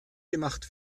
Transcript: gemacht